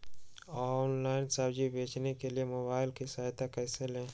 Online सब्जी बेचने के लिए मोबाईल की सहायता कैसे ले?